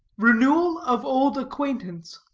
renewal of old acquaintance.